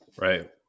Right